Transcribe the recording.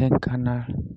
Dhenkanal